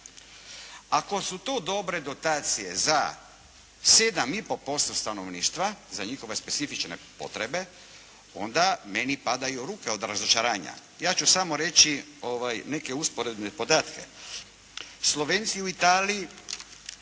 Ako su to dobre dotacije za 7,5% stanovništva, za njihove specifične potrebe onda meni padaju ruke od razočaranja. Ja ću samo reći neke usporedne podatke. Slovenci u Italiji